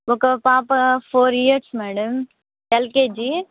ఒక పాప four years madam LKG